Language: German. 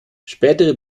spätere